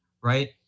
right